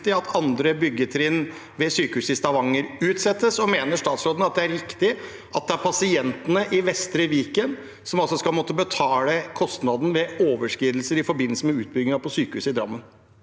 at andre byggetrinn ved sykehuset i Stavanger utsettes, og mener statsråden at det er riktig at det er pasientene i Vestre Viken helseforetak som skal måtte betale kostnaden ved overskridelser i forbindelse med utbyggingen på sykehuset i Drammen?